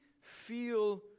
feel